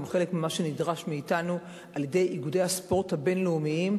גם חלק ממה שנדרש מאתנו על-ידי איגודי הספורט הבין-לאומיים,